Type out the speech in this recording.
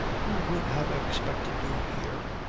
who would have expected you here,